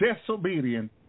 disobedience